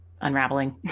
unraveling